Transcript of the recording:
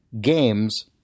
Games